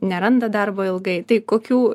neranda darbo ilgai tai kokių